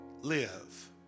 live